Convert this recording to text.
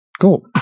Cool